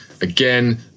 again